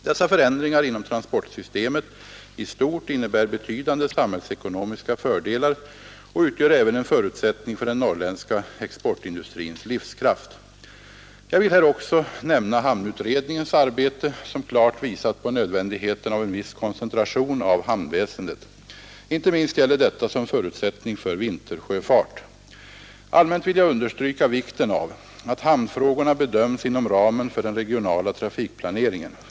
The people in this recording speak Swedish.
Dessa förändringar inom transportsystemet i stort innebär betydande samhällsekonomiska fördelar och utgör även en förutsättning för den norrländska exportindustrins livskraft. Jag vill här också nämna hamnutredningens arbete som klart visat på nödvändigheten av en viss koncentration av hamnväsendet. Inte minst gäller detta som förutsättning för vintersjöfart. Allmänt vill jag understryka vikten av att hamnfrågorna bedöms inom ramen för den regionala trafikplaneringen.